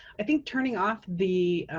i think turning off the